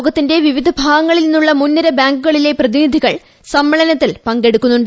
ലോകത്തിന്റെ വിവിധ ഭാഗങ്ങളിൽ നിന്നുള്ള മുൻനിര ബാങ്കുകളിലെ പ്രതിനിധികൾ സമ്മേളനത്തിൽ പങ്കെടുക്കുന്നുണ്ട്